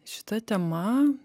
šita tema